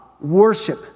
worship